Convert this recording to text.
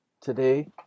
today